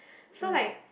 so like